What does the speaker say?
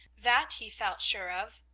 that he felt sure of.